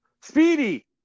Speedy